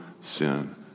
sin